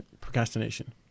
procrastination